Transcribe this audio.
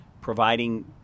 providing